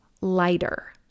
lighter